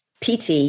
PT